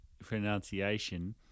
pronunciation